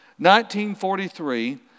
1943